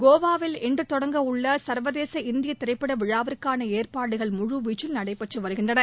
கோவாவில் இன்று தொடங்க உள்ள சர்வதேச இந்திய திரைப்பட விழாவிற்காள ஏற்பாடுகள் முழுவீச்சில் நடைபெற்று வருகின்றன